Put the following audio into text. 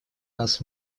нас